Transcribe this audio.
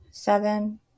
seven